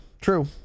True